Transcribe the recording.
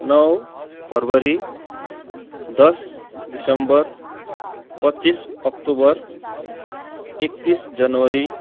नौ फरवरी दस दिसम्बर पच्चिस अक्टोबर एकतिस जनवरी